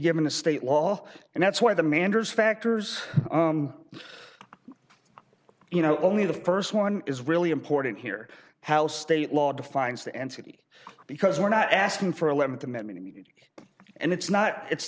given to state law and that's why the manders factors you know only the first one is really important here how state law defines the entity because we're not asking for a lemon that mean and it's not it's